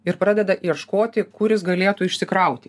ir pradeda ieškoti kuris galėtų išsikrauti